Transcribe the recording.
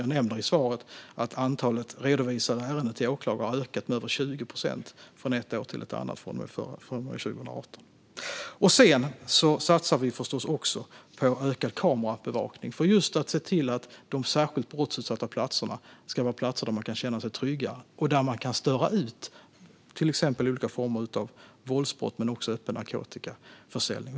Jag nämnde i mitt svar att antalet redovisade ärenden till åklagare har ökat med över 20 procent från ett år till ett annat, från och med 2018 till i år. Vi satsar förstås också på ökad kamerabevakning för att se till att de särskilt brottsutsatta platserna blir platser där man kan känna sig trygg och för att störa ut till exempel olika former av våldsbrott men också öppen narkotikaförsäljning.